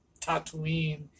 Tatooine